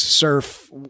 surf